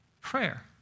prayer